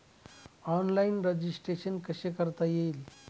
Online registration कसे करता येईल?